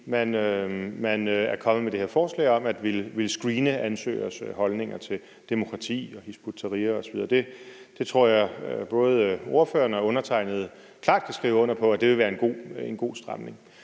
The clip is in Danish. man er kommet med det her forslag om at ville screene ansøgeres holdninger til demokrati, Hizb ut-Tahrir, osv. Det tror jeg at både ordføreren og undertegnede klart kan skrive under på vil være en god stramning.